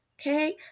Okay